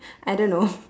I don't know